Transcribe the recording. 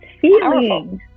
feelings